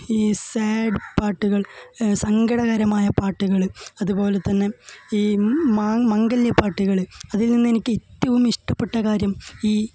ഈ സാഡ് പാട്ടുകള് സങ്കടകരമായ പാട്ടുകൾ അതുപോലെ തന്നെ ഈ മാം മംഗല്യപ്പാട്ടുകൾ അതില് നിന്ന് എനിക്കേറ്റവും ഇഷ്ടപ്പെട്ട കാര്യം ഈ